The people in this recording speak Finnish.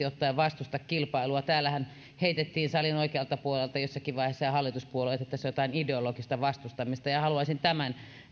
ottaen vastusta kilpailua täällähän heitettiin salin oikealta puolelta ja hallituspuolueista jossakin vaiheessa että tässä on jotain ideologista vastustamista ja haluaisin tämän